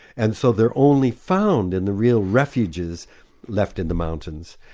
and so they're only found in the real refuges left in the mountains.